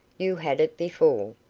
you had it before.